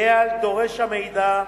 יהיה על דורש המידע,